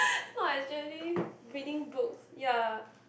not actually reading books ya